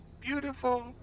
Beautiful